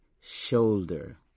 shoulder